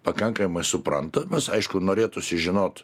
pakankamai suprantamas aišku norėtųsi žinot